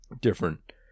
different